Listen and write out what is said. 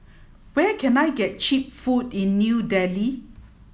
where can I get cheap food in New Delhi